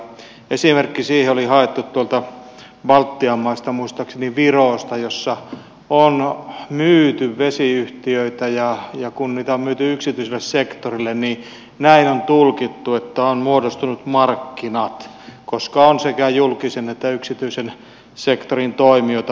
esimerkki siihen oli haettu tuolta baltian maista muistaakseni virosta jossa on myyty vesiyhtiöitä ja kun niitä on myyty yksityiselle sektorille niin näin on tulkittu että on muodostunut markkinat koska on sekä julkisen että yksityisen sektorin toimijoita